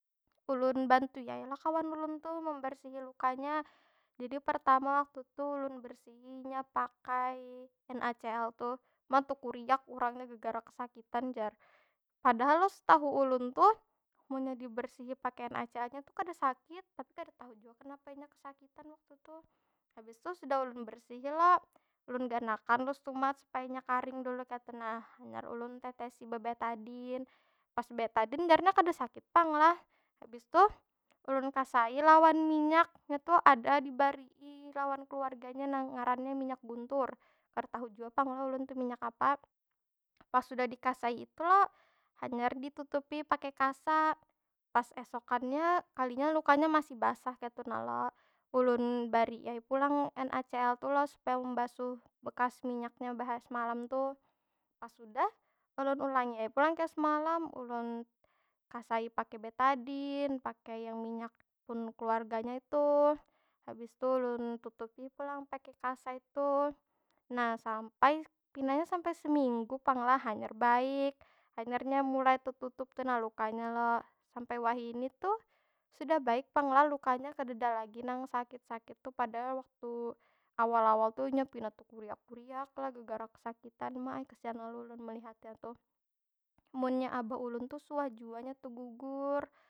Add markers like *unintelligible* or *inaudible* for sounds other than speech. Ulun bantui ay lah kawan ulun tu membersihi lukanya. Jadi pertama waktu tu, ulun bersihi inya pakai nacl tuh. Ma tekuriak urangnya gegara kesakitan jar. Padahal lo setahu ulun tu, munnya dibersihi pakai naclnya tu kada sakit, tapi kada tahu jua kenapa inya kesakitan waktu tuh. Habis tu sudha ulun bersihi lo, ulun gana akan lo setumat supaya inya karing dulu kaytu nah. Hanyar ulun tetesi be- betadin. Pas betadin jarnya kada sakit pang lah. Habis tu, ulun kasai lawan minyak, nya tu ada dibarii lawan keluarganya nang ngarannya minyak guntur. Kada tahu jua pang lah ulun itu minyak apa. Pas sudah dikasai itu lo, hanyar ditutupi pakai kasa. Pas esokannya kalinya lukanya masih basah kaytu na lo. Ulun bari ai pulang nacl tu lo, supaya membasuh bekas minyaknya *unintelligible* semalam tu. Pas sudah, ulun ulangi ai pulang kaya semalam. Ulun kasai pakai betadin, pakai yang minyak pun keluarganya itu. Habis itu ulun tutupi pulang pakai kasa itu. Nah sampai, pinanya sampai seminggu pang lah hanyar baik. Hanyar nya mulai tetutup tu nah lukanya lo, sampai wahini tu sudah baik pang lah lukanya. Kadeda lagi nang sakit- sakit tu. padahal waktu awal- awal tu inya pina tekuriak- kuriak lah gergara kesakitan. Uma ai kesian lalu ulun melihatnya tuh. Munnya abah ulun tuh suah jua inya tegugur.